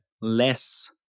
less